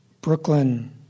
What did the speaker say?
Brooklyn